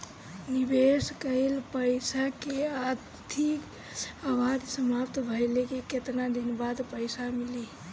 निवेश कइल पइसा के अवधि समाप्त भइले के केतना दिन बाद पइसा मिली?